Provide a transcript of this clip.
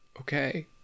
Okay